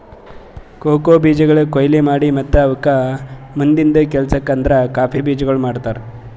cocoa ಬೀಜಗೊಳ್ ಕೊಯ್ಲಿ ಮಾಡಿ ಮತ್ತ ಅವುಕ್ ಮುಂದಿಂದು ಕೆಲಸಕ್ ಅಂದುರ್ ಕಾಫಿ ಬೀಜಗೊಳ್ ಮಾಡ್ತಾರ್